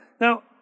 now